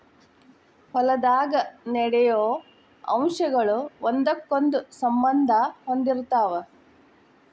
ಹೊಲದಾಗ ನಡೆಯು ಅಂಶಗಳ ಒಂದಕ್ಕೊಂದ ಸಂಬಂದಾ ಹೊಂದಿರತಾವ